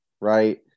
right